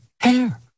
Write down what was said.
hair